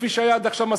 כפי שהיה עד עכשיו,